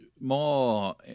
more